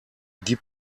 die